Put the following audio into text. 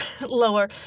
lower